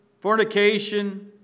fornication